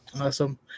Awesome